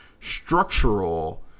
structural